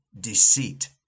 deceit